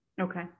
Okay